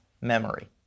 memory